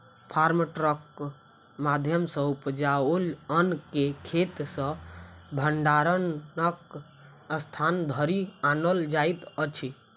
farm ट्रकक माध्यम सॅ उपजाओल अन्न के खेत सॅ भंडारणक स्थान धरि आनल जाइत अछि